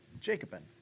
Jacobin